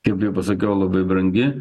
kaip jau pasakiau labai brangi